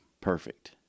perfect